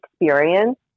experience